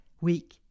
week